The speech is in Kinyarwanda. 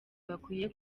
bakwiye